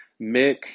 Mick